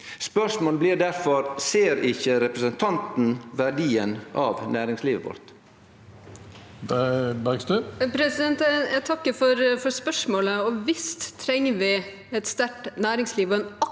Spørsmålet blir difor: Ser ikkje representanten verdien av næringslivet vårt?